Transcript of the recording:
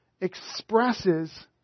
expresses